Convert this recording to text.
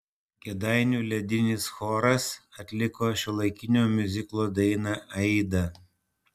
kėdainių ledinis choras atliko šiuolaikinio miuziklo dainą aida